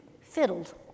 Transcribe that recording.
Fiddled